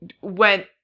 went